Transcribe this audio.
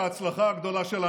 תתכבד בבקשה לצאת החוצה.